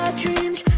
change